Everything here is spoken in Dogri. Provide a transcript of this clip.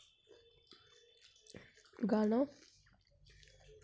गाना